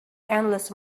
endless